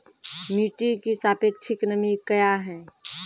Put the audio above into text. मिटी की सापेक्षिक नमी कया हैं?